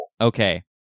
okay